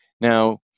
Now